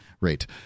rate